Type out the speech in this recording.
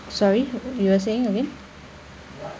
sorry you were saying again